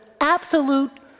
absolute